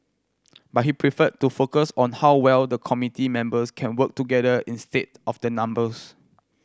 but he preferred to focus on how well the committee members can work together instead of the numbers